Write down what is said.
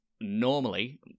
normally